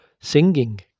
singing